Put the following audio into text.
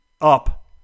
up